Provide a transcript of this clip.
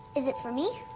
is it for me?